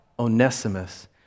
Onesimus